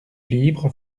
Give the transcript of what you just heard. libre